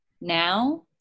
now